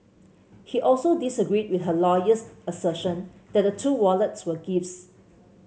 he also disagreed with her lawyer's assertion that the two wallets were gifts